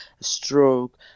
stroke